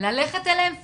ללכת אליהם פיזית.